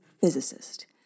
physicist